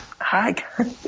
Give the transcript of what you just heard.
Hi